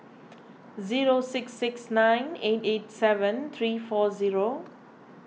zero six six nine eight eight seven three four zero